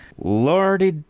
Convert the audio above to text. Lordy